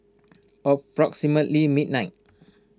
approximately midnight